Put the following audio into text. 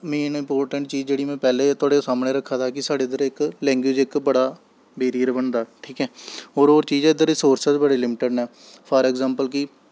main important चीज़ में तोआढ़े सामने रक्खा दा हा कि साढ़े इद्धर इक लैंगवेज़ इक बड़ा बेरियर बनदा ठीक ऐ होर होर चीज़ ऐ इद्धर सोर्सिस बी बड़े लिमटिड न फॉर अग़्ज़ैंपल कि